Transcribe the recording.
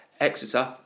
Exeter